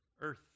earth